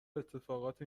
اتفاقات